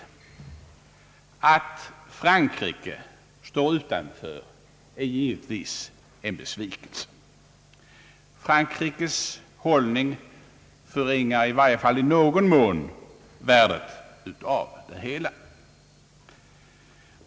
Att Frankrike står utanför är givetvis en besvikelse. Frankrikes hållning förringar i varje fall i någon mån värdet av det hela.